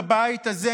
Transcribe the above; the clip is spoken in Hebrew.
בבית הזה,